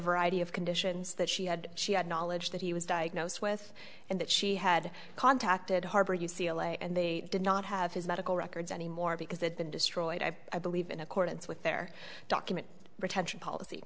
variety of conditions that she had she had knowledge that he was diagnosed with and that she had contacted harbor u c l a and they did not have his medical records anymore because they've been destroyed i believe in accordance with their document retention policy